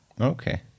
Okay